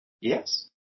Yes